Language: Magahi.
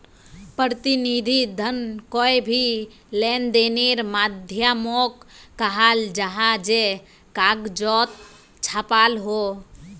प्रतिनिधि धन कोए भी लेंदेनेर माध्यामोक कहाल जाहा जे कगजोत छापाल हो